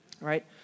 right